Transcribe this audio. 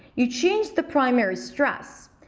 you change the primary stress.